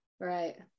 Right